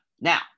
Now